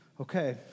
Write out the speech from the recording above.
Okay